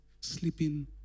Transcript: sleeping